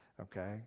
okay